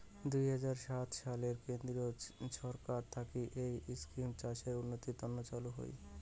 দুই হাজার সাত সালত কেন্দ্রীয় ছরকার থাকি এই ইস্কিমটা চাষের উন্নতির তন্ন চালু হই